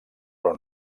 però